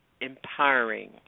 empowering